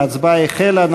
ההצבעה החלה.